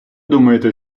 думаєте